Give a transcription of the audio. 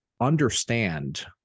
understand